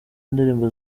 indirimbo